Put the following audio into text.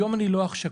היום אני לא אח שכול,